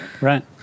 Right